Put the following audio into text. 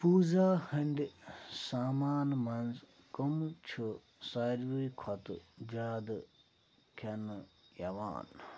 پوٗزا ہٕنٛدۍ سامان مَنٛز کٕم چھِ ساروٕے کھۄتہٕ زیادٕ کھیٚنہٕ یِوان